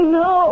no